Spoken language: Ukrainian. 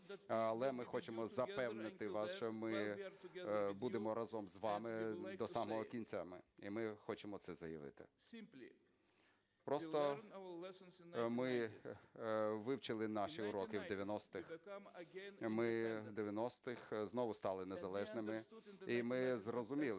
Але ми хочемо запевнити вас, що ми будемо разом з вами до самого кінця, і ми хочемо це заявити. Просто ми вивчили наші уроки в 90-х. Ми в 90-х знову стали незалежними, і ми зрозуміли